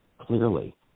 clearly